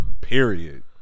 Period